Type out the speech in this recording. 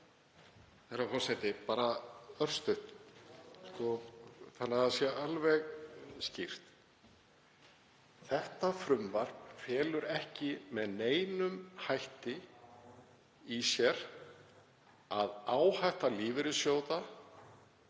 Þetta frumvarp felur ekki með neinum hætti í sér að áhætta lífeyrissjóða